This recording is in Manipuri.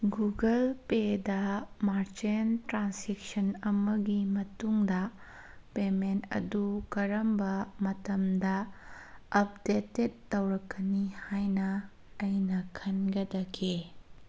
ꯒꯨꯒꯜ ꯄꯦꯗ ꯃꯥꯔꯆꯦꯟ ꯇ꯭ꯔꯥꯟꯁꯦꯛꯁꯟ ꯑꯃꯒꯤ ꯃꯇꯨꯡꯗ ꯄꯦꯃꯦꯟ ꯑꯗꯨ ꯀꯔꯝꯕ ꯃꯇꯝꯗ ꯑꯞꯗꯦꯇꯦꯠ ꯇꯧꯔꯛꯀꯅꯤ ꯍꯥꯏꯅ ꯑꯩꯅ ꯈꯟꯒꯗꯒꯦ